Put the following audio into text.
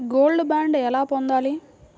Gold bond ఎలా పొందాలి?